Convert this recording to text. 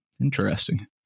interesting